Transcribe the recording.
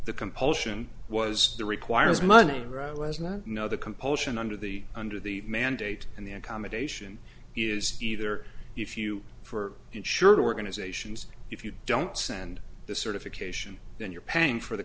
the compulsion was the requires money was not no the compulsion under the under the mandate and the accommodation is either if you for insured organizations if you don't send the certification then you're paying for the